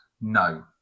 no